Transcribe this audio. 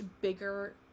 bigger